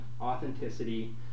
authenticity